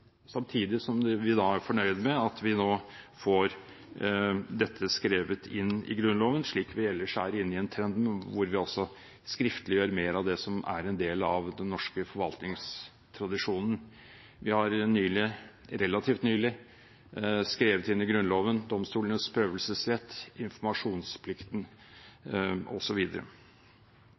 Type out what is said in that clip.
samtidig som vi er fornøyd med at vi nå får dette skrevet inn i Grunnloven, slik vi ellers er inne i en trend hvor vi skriftliggjør mer av den norske forvaltningstradisjonen. Vi har relativt nylig skrevet inn i Grunnloven domstolenes prøvelsesrett,